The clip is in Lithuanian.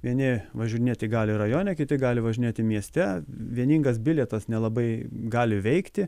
vieni važinėti gali rajone kiti gali važinėti mieste vieningas bilietas nelabai gali veikti